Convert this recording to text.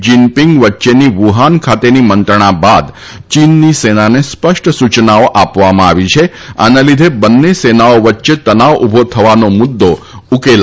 Jinping વચ્ચેની Wuhan ખાતેની મંત્રણા બાદ ચીનની સેનાને સ્પષ્ટ સૂયનાઓ આપવામાં આવી છે આના લીધે બંને સેનાઓ વચ્ચે તનાવ ઉભો થવાનો મુદ્દો ઉકેલાયો છે